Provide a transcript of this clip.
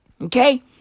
Okay